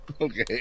Okay